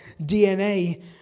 DNA